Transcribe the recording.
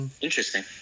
Interesting